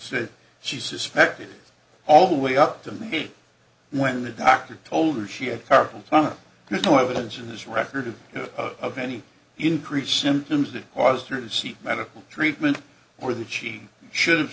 said she suspected all the way up to me when the doctor told you she had carpal tunnel there's no evidence in this record of any increase symptoms that caused her to seek medical treatment or that she should have